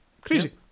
Crazy